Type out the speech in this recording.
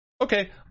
Okay